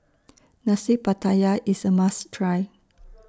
Nasi Pattaya IS A must Try